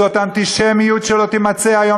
זאת אנטישמיות שלא תימצא היום,